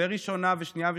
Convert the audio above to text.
וראשונה ושנייה ושלישית.